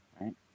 right